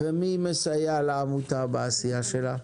ומי מסייע לעמותה בעשייה שלה?